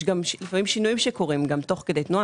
יש גם שינויים שקורים תוך כדי תנועה,